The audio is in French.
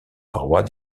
parois